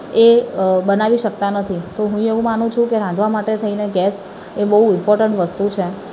એ બનાવી શકતા નથી તો હું એવું માનું છું કે રાંધવા માટે થઇને ગૅસ એ બહુ ઈમ્પોર્ટેન્ટ વસ્તુ છે